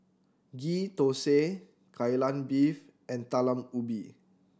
Ghee Thosai Kai Lan Beef and Talam Ubi